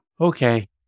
Okay